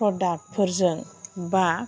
प्रडाक्टफोरजों बा